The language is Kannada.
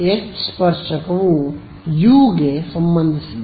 ಎಚ್ ಸ್ಪರ್ಶಕವು ಯು ಗೆ ಸಂಬಂಧಿಸಿದೆ